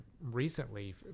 recently